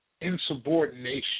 insubordination